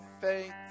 faith